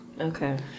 Okay